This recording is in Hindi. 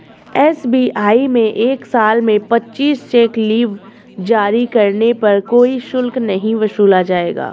एस.बी.आई में एक साल में पच्चीस चेक लीव जारी करने पर कोई शुल्क नहीं वसूला जाएगा